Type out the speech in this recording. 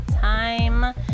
time